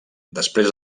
després